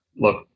look